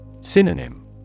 Synonym